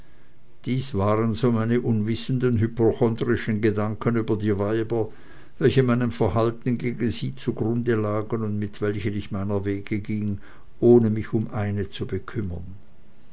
dies waren so meine unwissenden hypochondrischen gedanken über die weiber welche meinem verhalten gegen sie zugrunde lagen und mit welchen ich meiner wege ging ohne mich um eine zu bekümmern